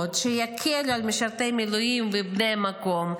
שיקלו על משרתי המילואים ובני המקום,